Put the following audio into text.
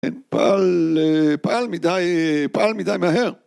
פעל מדי, פעל מדי מהר